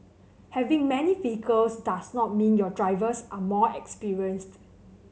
having many vehicles does not mean your drivers are more experienced